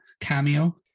cameo